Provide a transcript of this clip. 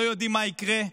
לא יודעים מה יקרה,